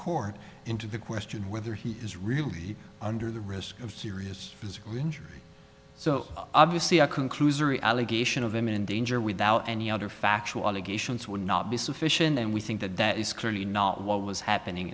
court into the question whether he is really under the risk of serious physical injury so obviously a conclusory allegation of imminent danger without any other factual allegations would not be sufficient and we think that that is clearly not what was happening